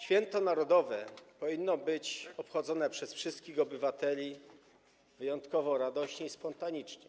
Święto narodowe powinno być obchodzone przez wszystkich obywateli wyjątkowo radośnie i spontanicznie.